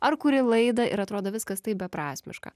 ar kuri laidą ir atrodo viskas taip beprasmiška